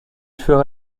fera